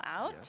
out